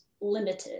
limited